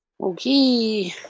Okay